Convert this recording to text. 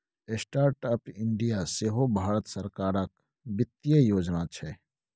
startup India सेहो भारत सरकारक बित्तीय योजना छै